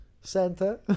Santa